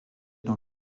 dans